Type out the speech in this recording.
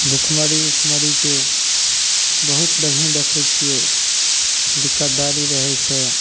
भुखमरी उखमरीके बहुत लगहीन देखय छियै दिक्कतदारी रहय छै